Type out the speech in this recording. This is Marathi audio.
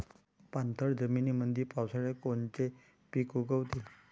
पाणथळ जमीनीमंदी पावसाळ्यात कोनचे पिक उगवते?